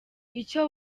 icyo